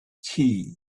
tea